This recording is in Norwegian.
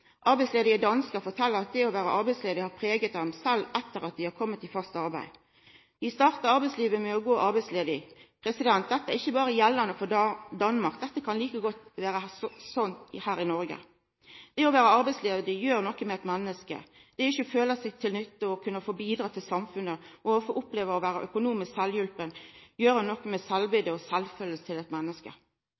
Arbeidsledige danskar fortel at det å vera arbeidslaus har prega dei, sjølv etter at dei har komme i fast arbeid. Dei startar arbeidslivet med å gå arbeidsledige. Dette gjeld ikkje berre for Danmark, det kan like godt vera sånn her i Noreg. Det å vera arbeidsledig gjer noko med eit menneske, det ikkje å føla seg til nytte og kunna få bidra til samfunnet, og å få oppleva å vera økonomisk sjølvhjelpt, gjer noko med sjølvbiletet og sjølvkjensla til eit menneske.